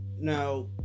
Now